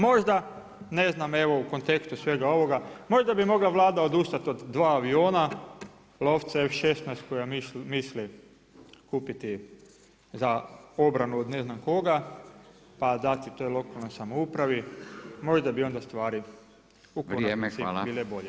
Možda ne znam evo u kontekstu svega ovoga, možda bi mogla Vlada odustati od dva aviona, lovca F16 koja misli kupiti za obranu od ne znam koga pa dati toj lokalnoj samoupravi, možda bi onda stvari u konačnici bile bolje.